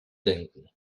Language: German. denken